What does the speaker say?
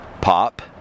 Pop